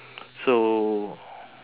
so